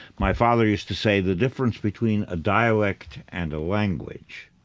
my father used to say the difference between a dialect and a language